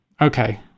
Okay